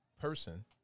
person